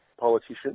politician